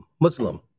Muslim